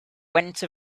went